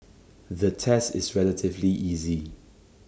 the test is relatively easy